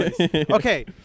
okay